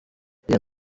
iriya